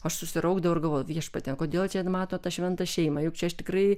aš susiraukdavo ir galvojau viešpatie kodėl čia mato tą šventą šeimą juk čia aš tikrai